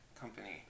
company